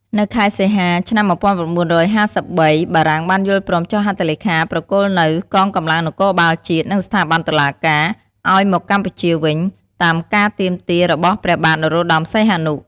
នៅខែសីហា ឆ្នាំ ១៩៥៣ បារាំងបានយល់ព្រមចុះហត្ថលេខាប្រគល់នូវ កងកម្លាំងនគរបាលជាតិ និង ស្ថាប័នតុលាការ ឱ្យមកកម្ពុជាវិញ តាមការទាមទារ របស់ព្រះបាទ នរោត្តមសីហនុ ។